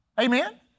Amen